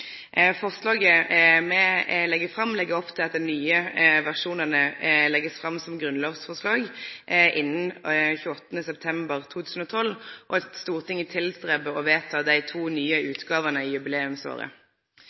Forslaget me legg fram, legg opp til at dei nye versjonane blir lagde fram som grunnlovsforslag innan 28. september 2012, og at Stortinget tilstrever å vedta dei to nye